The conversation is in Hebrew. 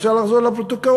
אפשר לחזור לפרוטוקולים.